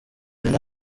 nama